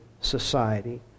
society